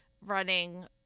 running